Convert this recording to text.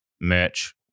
merch